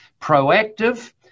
proactive